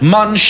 Man